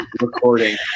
recording